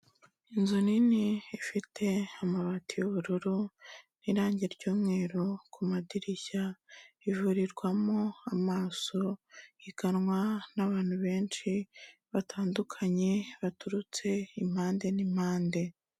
Inzu nini ifite amabati y'ubururu n'irangi ry'umweru ku madirishya ivurirwamo amaso iganwa n'abantu benshi batandukanye baturutse impande n'impande.